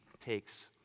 takes